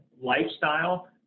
lifestyle